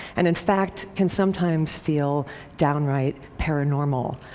and, in fact, can sometimes feel downright paranormal.